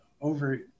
over